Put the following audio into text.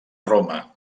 roma